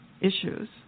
issues